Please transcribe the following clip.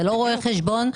זה לא רואה חשבון,